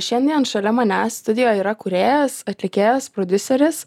šiandien šalia manęs studijoj yra kūrėjas atlikėjas prodiuseris